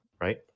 right